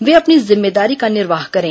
वे अपनी जिम्मेदारी का निर्वाह करे